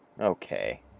Okay